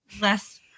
less